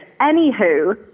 Anywho